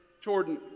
Jordan